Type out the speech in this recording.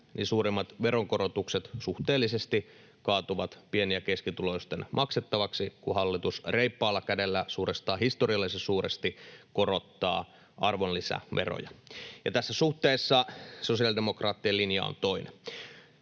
suurimmat veronkorotukset suhteellisesti kaatuvat pieni- ja keskituloisten maksettavaksi, kun hallitus reippaalla kädellä, suorastaan historiallisen suuresti korottaa arvonlisäveroja. Tässä suhteessa sosiaalidemokraattien linja on toinen.